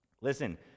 Listen